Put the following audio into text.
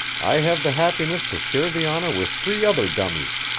i have the happiness to share the honor with three other dummies.